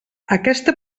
aquesta